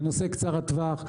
נושא קצר הטווח.